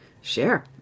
share